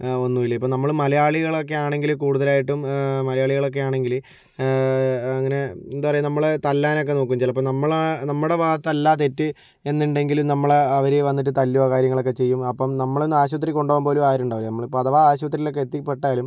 ഒന്നുമില്ല ഇപ്പോൾ നമ്മൾ മലയാളികളൊക്കെ ആണെങ്കിൽ കൂടുതലായിട്ടും മലയാളികളൊക്കെ ആണെങ്കിൽ അങ്ങനെ എന്താണ് പറയുക നമ്മളെ തല്ലാനൊക്കെ നോക്കും ചിലപ്പോൾ നമ്മളെ നമ്മുടെ ഭാഗത്തല്ല തെറ്റ് എന്നുണ്ടെങ്കിലും നമ്മളെ അവർ വന്നിട്ട് തല്ലുകയോ കാര്യങ്ങളൊക്കെ ചെയ്യും അപ്പോൾ നമ്മളെ ഒന്ന് ആശുപത്രിയിൽ കൊണ്ട് പോകാൻ പോലും ആരും ഉണ്ടാകില്ല നമ്മളിപ്പോൾ അഥവാ ആശുപത്രിയിലൊക്കെ എത്തിപ്പെട്ടാലും